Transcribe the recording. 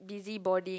busybody